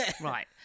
Right